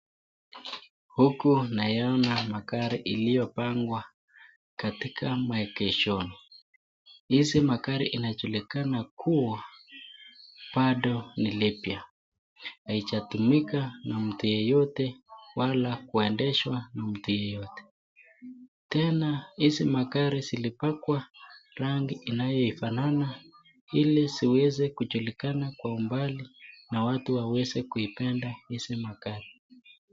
Huku naiona magari iliyopangwa katika maegeshoni. Hizi magari inajulikana kuwa bado ni lipwa; haijatumika na mtu yeyote wala kuendeshwa na mtu yeyote. Tena hizi magari zilipakwa rangi inayofanana ili ziweze kujulikana kwa umbali na watu waweze kuipenda hizi magari.